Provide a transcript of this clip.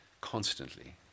constantly